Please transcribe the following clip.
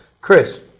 Chris